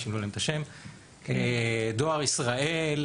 דואר ישראל,